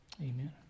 Amen